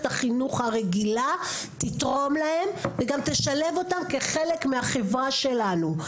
החינוך הרגילה תתרום להם וגם תשלב אותם כחלק מהחברה שלנו.